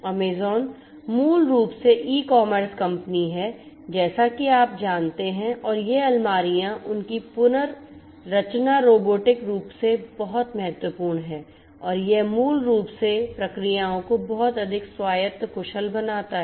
Amazon मूल रूप से ई कॉमर्स कंपनी है जैसा कि आप जानते हैं और यह अलमारियों और उनकी पुनर्रचना रोबोटिक रूप से बहुत महत्वपूर्ण है और यह मूल रूप से प्रक्रियाओं को बहुत अधिक स्वायत्त कुशल बनाता है